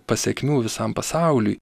pasekmių visam pasauliui